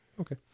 Okay